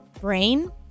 brain